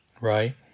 Right